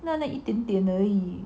那那一点点而已